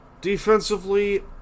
defensively